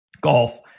golf